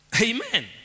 Amen